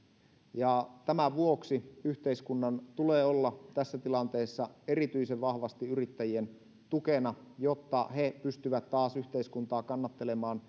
tämän vuoksi yhteiskunnan tulee olla tässä tilanteessa erityisen vahvasti yrittäjien tukena jotta he pystyvät taas yhteiskuntaa kannattelemaan